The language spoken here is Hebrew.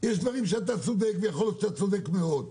יש דברים שתעשו ויכול להיות שאתם צודקים מאוד.